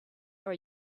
are